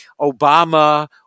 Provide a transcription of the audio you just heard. Obama